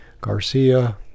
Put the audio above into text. Garcia